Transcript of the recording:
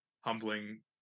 humbling